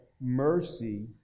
mercy